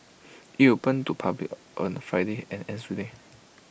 IT opened to public on Friday and ends today